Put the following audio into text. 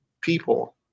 people